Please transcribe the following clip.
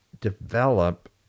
develop